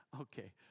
Okay